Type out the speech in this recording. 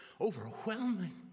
overwhelming